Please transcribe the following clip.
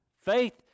Faith